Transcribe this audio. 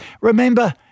Remember